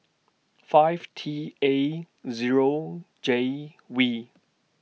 five T A Zero J V